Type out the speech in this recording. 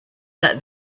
that